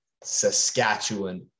Saskatchewan